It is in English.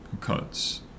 cuts